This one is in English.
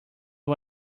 one